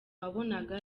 wabonaga